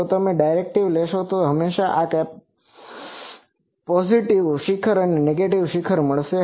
તો જો તમે તે ડેરીવેટીવ લેશો તો તમને હંમેશાં આ પોસિટીવ શિખર અને નેગેટીવ શિખર મળશે